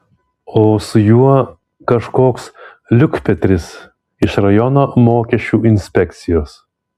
o su juo kažkoks liukpetris iš rajono mokesčių inspekcijos